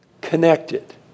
Connected